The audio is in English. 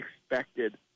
expected